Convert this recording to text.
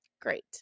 Great